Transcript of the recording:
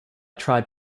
tribe